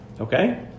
Okay